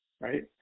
Right